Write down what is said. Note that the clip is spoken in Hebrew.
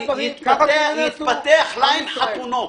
שיתפתח ליין חתונות.